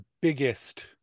biggest